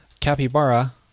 Capybara